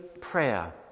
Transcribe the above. prayer